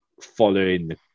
following